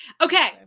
Okay